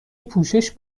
پوشش